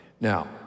Now